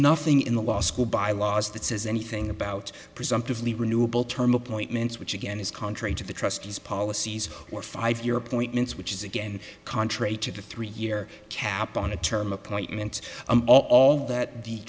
nothing in the law school bylaws that says anything about presumptively renewable term appointments which again is contrary to the trustees policies or five year appointments which is again contrary to the three year cap on the term appointments and all that the